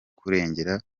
kurengera